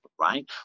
right